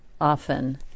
often